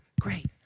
Great